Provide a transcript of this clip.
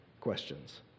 Questions